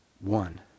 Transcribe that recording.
One